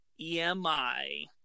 EMI